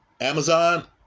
Amazon